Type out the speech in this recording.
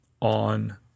on